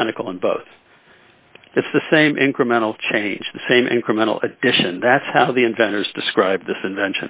identical in both it's the same incremental change the same incremental addition that's how the inventors describe this invention